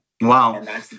Wow